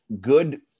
good